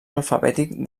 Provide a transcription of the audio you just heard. alfabètic